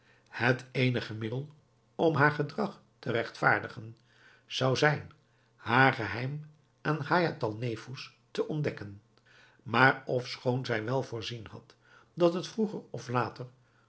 het eenigste middel om haar gedrag te regtvaardigen zou zijn haar geheim aan haïatalnefous te ontdekken maar ofschoon zij wel voorzien had dat het vroeger of later